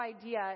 idea